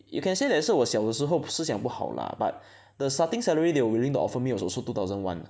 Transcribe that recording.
you can say that 是我小的时候思想不好 lah but the starting salary they were willing to offer me was also two thousand one